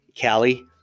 Callie